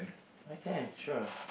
okay sure